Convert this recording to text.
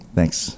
Thanks